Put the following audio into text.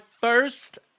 first